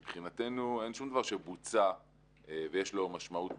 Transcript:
מבחינתנו, אין שום דבר שבוצע ויש לו משמעות